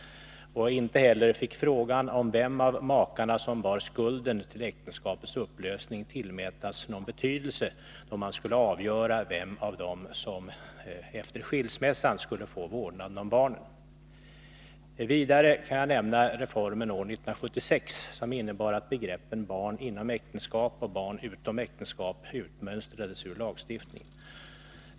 Inte heller fick frågan om vem av makarna som bar skulden till äktenskapets upplösning tillmätas någon betydelse, då man skulle avgöra vem av dem som efter skilsmässan skulle få vårdnaden om barnen. Vidare kan jag nämna reformen år 1976, som innebar att begreppen barn inom äktenskap och barn utom äktenskap utmönstrades ur lagstiftningen.